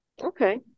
Okay